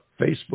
Facebook